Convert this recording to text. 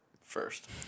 first